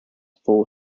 four